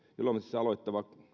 ilomantsissa